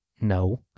No